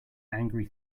angry